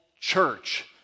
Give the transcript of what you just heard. church